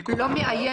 הוא לא מאיים,